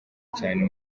cyane